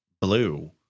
Blue